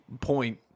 point